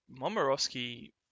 Momorowski